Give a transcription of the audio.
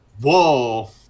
Whoa